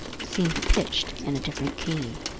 seemed pitched in a different key.